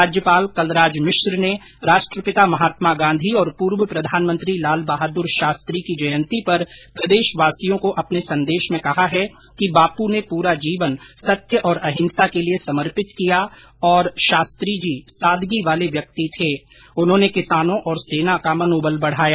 राज्यपाल कलराज मिश्र ने राष्ट्रपिता महात्मा गांधी और पूर्व प्रधानमंत्री लालबहादुर शास्त्री की जयंती पर प्रदेशवासियों को अपने संदेश में कहा है कि बापू ने पूरा जीवन सत्य और अंहिसा के लिए समर्पित किया और शास्त्रीजी सादगी वाले व्यक्ति थे उन्होंने किसानों और सेना का मनोबल बढाया